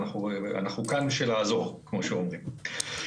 אנחנו כאן בשביל לעזור, כפי שאומרים.